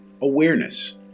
awareness